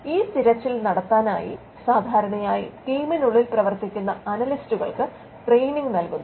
ഈ തിരച്ചിൽ നടത്താനായി സാധാരണയായി ടീമിനുള്ളിൽ പ്രവർത്തിക്കുന്ന അനലിസ്റ്റുകൾക്ക് ട്രെയിനിംഗ് നൽകുന്നു